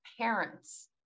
parents